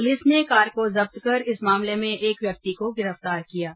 police ने car को जब्त कर इस मामले में एक व्यक्ति को गिरफ्तार किया है